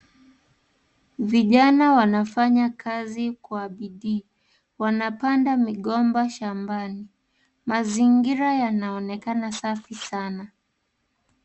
Vijana wanafanya kazi kwa bidii wanapanda migomba shambani mazingira yanaonekana safi sana.